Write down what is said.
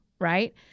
right